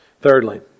Thirdly